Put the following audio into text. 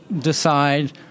decide